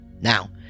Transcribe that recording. Now